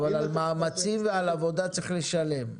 אבל על מאמצים ועל עבודה צריך לשלם.